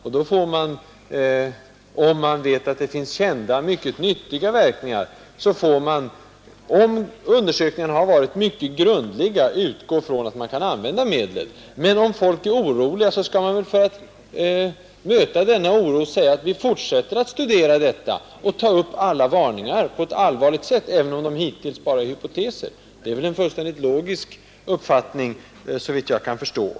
Om man däremot vet att det finns kända, mycket nyttiga verkningar och undersökningarna har varit mycket grundliga, då får man utgå från att man kan använda medlet. Men om folk är oroliga skall man för att möta denna oro säga: Vi fortsätter att studera detta och ta upp alla varningar på ett allvarligt sätt, även om de hittills bara bygger på hypoteser. Det är väl en fullständigt logisk uppfattning, såvitt jag kan förstå.